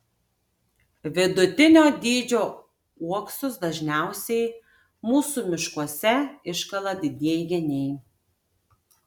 vidutinio dydžio uoksus dažniausiai mūsų miškuose iškala didieji geniai